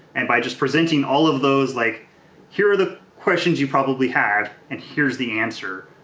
and by just presenting all of those, like here are the questions you probably have and here's the answer.